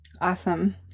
Awesome